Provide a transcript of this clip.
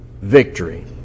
victory